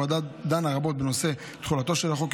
הוועדה דנה רבות בנושא תחולתו של החוק,